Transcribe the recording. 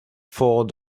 thought